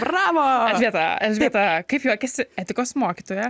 bravo elžbieta elžbieta kaip juokiasi etikos mokytoja